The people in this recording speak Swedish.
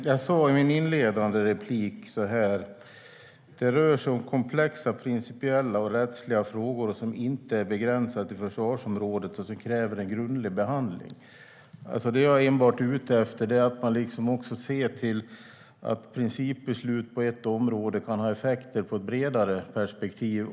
Fru talman! I mitt inledande inlägg sa jag att det rör sig om komplexa principiella och rättsliga frågor som inte är begränsade till försvarsområdet och som kräver en grundlig behandling. Det jag är ute efter är att man också ser att principbeslut på ett område kan få effekter i ett bredare perspektiv.